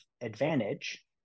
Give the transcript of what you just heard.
advantage